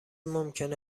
ممکنه